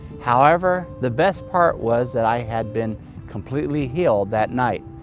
however, the best part was that i had been completely healed that night.